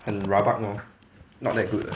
很 rabak lor not that good lah